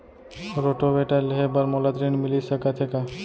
Rotavator लेहे बर मोला ऋण मिलिस सकत हे का?